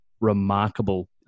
remarkable